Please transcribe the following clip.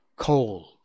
cold